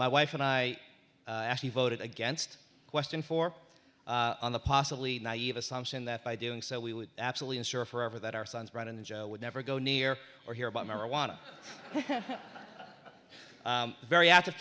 my wife and i actually voted against question for on the possibly naive assumption that by doing so we would absolutely ensure forever that our son's right and joe would never go near or hear about marijuana very active